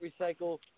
recycle